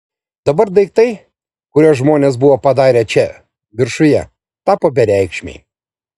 dabar daiktai kuriuos žmonės buvo padarę čia viršuje tapo bereikšmiai